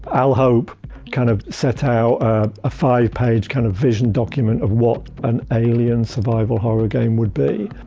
al hope kind of sent out a five page kind of vision document of what an alien survival horror game would be,